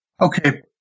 Okay